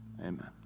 amen